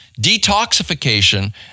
detoxification